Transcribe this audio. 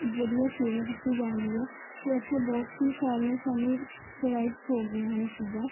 ਵਧੀਆ ਸੇਵਾ ਦਿੱਤੀ ਜਾਂਦੀ ਹੈ ਅਤੇ ਇੱਥੇ ਬਹੁਤ ਹੀ ਸਾਰੀਆਂ ਸਾਨੂੰ ਪ੍ਰੋਵਾਈਡਜ਼ ਹੋ ਗਈਆਂ ਹਨ ਚੀਜ਼ਾਂ